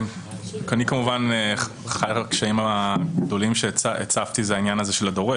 אחד הקשיים הגדולים שהצפתי זה העניין של ה"דורש".